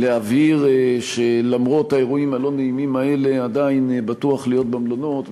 להבהיר שלמרות האירועים הלא-נעימים האלה עדיין בטוח להיות במלונות,